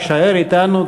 הישאר אתנו,